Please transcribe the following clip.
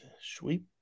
Sweep